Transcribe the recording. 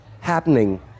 happening